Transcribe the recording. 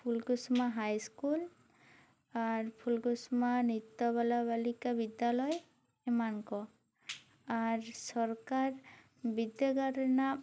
ᱯᱷᱩᱞᱠᱩᱥᱢᱟ high school ᱟᱨ ᱯᱷᱩᱞᱠᱩᱥᱢᱟ ᱱᱤᱛᱭᱟ ᱵᱟᱞᱤᱠᱟ ᱵᱤᱫᱭᱟᱞᱟᱭ ᱮᱢᱟᱱ ᱠᱚ ᱟᱨ ᱥᱚᱨᱠᱟᱨ ᱵᱤᱨᱫᱟᱹᱜᱟᱲ ᱨᱮᱱᱟᱜ